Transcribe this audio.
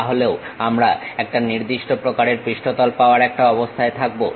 তাহলেও আমরা একটা নির্দিষ্ট প্রকারের পৃষ্ঠতল পাওয়ার একটা অবস্থায় থাকবো